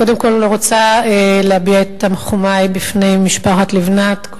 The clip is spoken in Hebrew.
אני קודם כול רוצה להביע את תנחומי למשפחת לבנת,